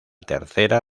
tercera